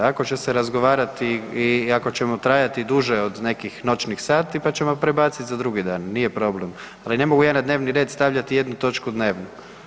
Ako će se razgovarati i ako ćemo trajati dulje od nekih noćnih sati pa ćemo prebaciti za drugi dan, nije problem, ali ne mogu ja na dnevni red stavljati jednu točku dnevno.